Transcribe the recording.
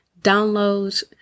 downloads